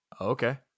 Okay